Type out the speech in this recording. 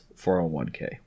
401k